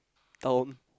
town